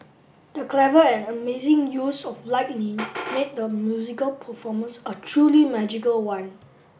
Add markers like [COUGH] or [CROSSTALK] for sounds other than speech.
the clever and amazing use of lightning [NOISE] made the musical performance a truly magical one